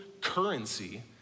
currency